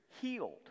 healed